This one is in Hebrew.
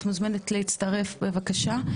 את מוזמנת להצטרף בבקשה,